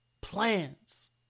plans